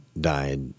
died